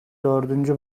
dördüncü